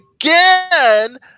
again